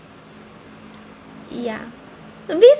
ya so